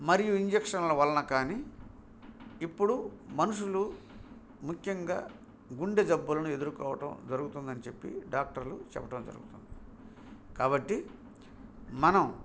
మరియు ఇంజక్షన్ల వలన కానీ ఇప్పుడు మనుషులు ముఖ్యంగా గుండె జబ్బులను ఎదుర్కోవడం జరుగుతుందని చెప్పి డాక్టర్లు చెప్పటం జరుగుతుంది కాబట్టి మనం